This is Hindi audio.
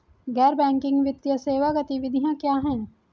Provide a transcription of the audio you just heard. गैर बैंकिंग वित्तीय सेवा गतिविधियाँ क्या हैं?